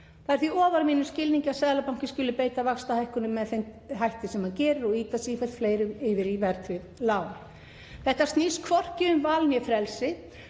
Það er því ofar mínum skilningi að Seðlabankinn skuli beita vaxtahækkunum með þeim hætti sem hann gerir og ýta sífellt fleirum yfir í verðtryggð lán. Þetta snýst hvorki um val né frelsi.